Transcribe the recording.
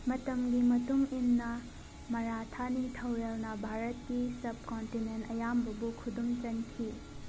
ꯃꯇꯝꯒꯤ ꯃꯇꯨꯡ ꯏꯟꯅ ꯃꯔꯥꯊꯥ ꯅꯤꯡꯊꯩꯔꯦꯜꯅ ꯚꯥꯔꯠꯀꯤ ꯁꯕ ꯀꯣꯟꯇꯤꯅꯦꯟ ꯑꯌꯥꯝꯕꯕꯨ ꯈꯨꯗꯨꯝ ꯆꯟꯈꯤ